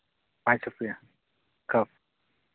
ᱯᱟᱸᱪ ᱨᱩᱯᱭᱟ ᱠᱟᱯ